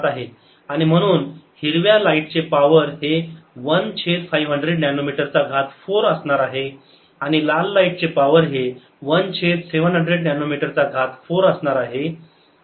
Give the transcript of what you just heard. आणि म्हणून हिरव्या लाईटचे पावर हे 1 छेद 500 नॅनोमीटर चा घात 4 असणार आहे आणि लाल लाईटचे पावर हे 1 छेद 700 नॅनोमीटर चा घात 4 असणार आहे